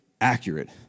accurate